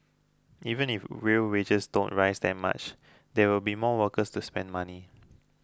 even if real wages don't rise that much there will be more workers to spend money